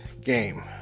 game